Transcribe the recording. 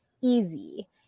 easy